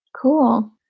Cool